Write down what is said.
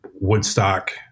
Woodstock